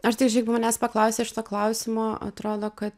aš tai š jeig manęs paklausia šio klausimo atrodo kad